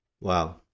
Wow